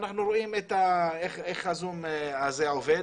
אנחנו רואים איך הזום הזה עובד,